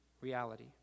reality